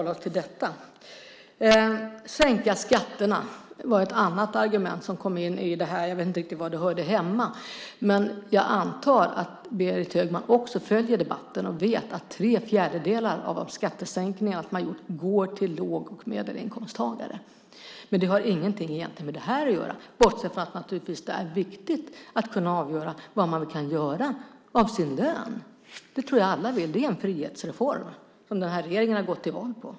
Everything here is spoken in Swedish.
Att sänka skatterna var ett annat argument som kom in. Jag vet inte riktigt var det hörde hemma. Jag antar att Berit Högman följer debatten och vet att tre fjärdedelar av de skattesänkningar som har gjorts går till låg och medelinkomsttagare. Det har egentligen ingenting med det här att göra, bortsett från att det är viktigt att kunna avgöra vad man kan göra med sin lön. Det tror jag att alla vill. Det är en frihetsreform som den här regeringen har gått till val på.